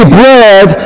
bread